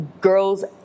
girls